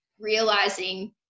realizing